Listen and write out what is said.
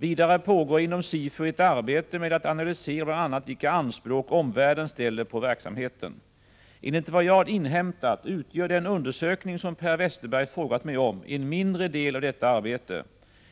Vidare pågår inom SIFU ett arbete med att analysera bl.a. vilka anspråk omvärlden ställer på verksamheten. Enligt vad jag inhämtat utgör den undersökning som Per Westerberg frågat om en mindre del av detta arbete.